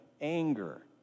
anger